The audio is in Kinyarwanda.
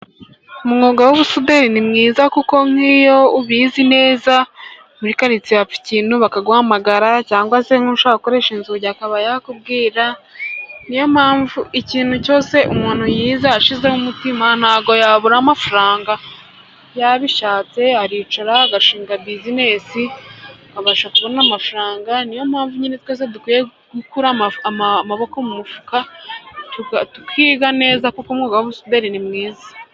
Umwuga w'ubusuderi ni mwiza kuko nk'iyo ubizi neza muri karitsiye hapfa ikintu bakaguhamagara, cyangwa se nk'ushaka gukoresha inzugi akaba yakubwira. Ni yo mpamvu ikintu cyose umuntu yize ashizeho umutima ntabwo yabura amafaranga yabishatse aricara agashinga bizinesi akabasha kubona amafaranga. Ni yo mpamvu nyine twese dukwiye gukura amaboko mu mufuka tukiga neza kuko umwuga w'ubusuderi ni mwiza.